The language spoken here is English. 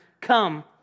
Come